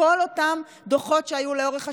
כל אותם דוחות שהיו לאורך השנים,